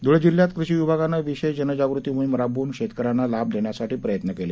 धुळे जिल्ह्यात कृषी विभागानं विशेष जनजागृती मोहीम राबवून शेतकऱ्यांना लाभ देण्यासाठी प्रयत्न केले